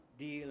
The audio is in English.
di